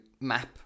map